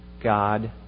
God